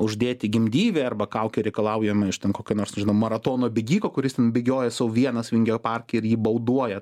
uždėti gimdyvei arba kaukė reikalaujama iš ten kokio nors žino maratono bėgiko kuris ten bėgioja sau vienas vingio parke ir jį bauduoja